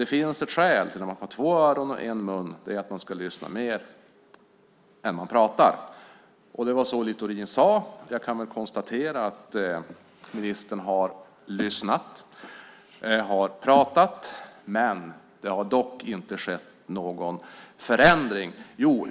Det finns ett skäl till att man har två öron och en mun, och det är att man ska lyssna mer än man pratar." Det var så Littorin sade. Jag kan konstatera att ministern har lyssnat och pratat, men det har inte skett någon förändring.